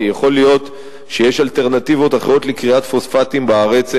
כי יכול להיות שיש אלטרנטיבות אחרות לכריית פוספטים בארץ,